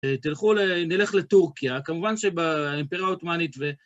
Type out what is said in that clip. תלכו, נלך לטורקיה, כמובן שבאימפריה העות'מאנית ו...